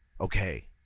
okay